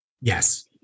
Yes